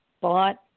bought